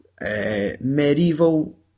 medieval